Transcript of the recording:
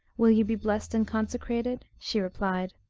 will you be blest and consecrated? she replied,